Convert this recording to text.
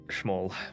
small